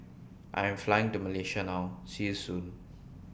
I Am Flying to Malaysia now See YOU Soon